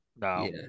No